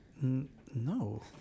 No